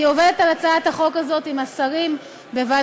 אני עובדת על הצעת החוק הזאת עם השרים בוועדת